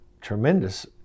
tremendous